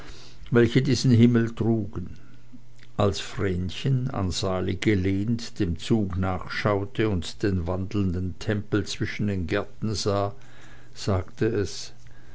welche diesen himmel trugen als vrenchen an sali gelehnt dem zuge nachschaute und den wandelnden tempel zwischen den gärten sah sagte es